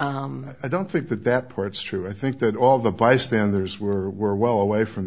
i don't think that that part's true i think that all the bystanders were were well away from